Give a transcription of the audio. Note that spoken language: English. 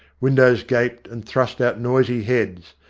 windows gaped, and thrust out noisy heads.